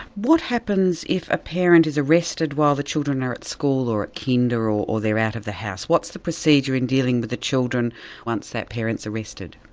what happens if a parent is arrested while the children are at school or at kinder or they're out of the house. what's the procedure in dealing with the children once that parent's arrested?